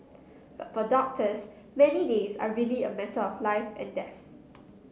but for doctors many days are really a matter of life and death